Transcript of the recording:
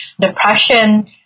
Depression